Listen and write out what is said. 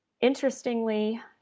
interestingly